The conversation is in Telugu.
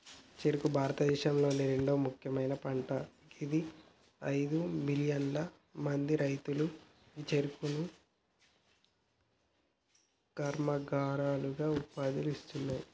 చెఱుకు భారతదేశంలొ రెండవ ముఖ్యమైన పంట గిది అయిదు మిలియన్ల మంది రైతులకు గీ చెఱుకు కర్మాగారాలు ఉపాధి ఇస్తున్నాయి